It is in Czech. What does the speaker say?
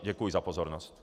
Děkuji za pozornost.